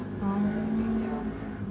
oh